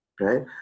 Right